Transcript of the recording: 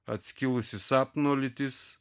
atskilusi sapno lytis